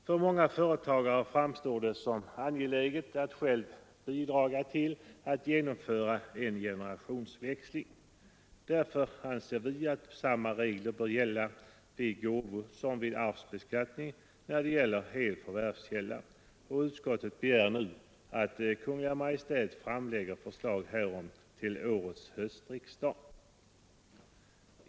För många företagare framstår det som angeläget att själva bidra till att genomföra en generationsväxling. Därför anser vi att samma regler bör gälla vid gåvosom vid arvsbeskattningen när det gäller hel förvärvskälla, och utskottet begär nu att Kungl. Maj:t framlägger förslag härom till årets höstriksdag.